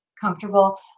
comfortable